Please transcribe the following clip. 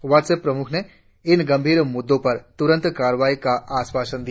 what's app प्रमुख ने इन गंभीर मुद्दों पर तुरंत कार्रवाई का आश्वासन दिया